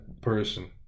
person